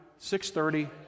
6.30